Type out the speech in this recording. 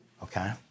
Okay